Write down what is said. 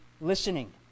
listening